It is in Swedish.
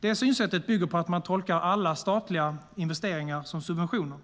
Detta synsätt bygger på att man tolkar alla statliga investeringar som subventioner,